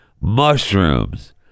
mushrooms